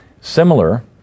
Similar